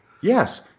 Yes